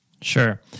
Sure